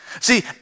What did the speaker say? See